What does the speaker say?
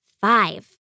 five